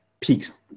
peaks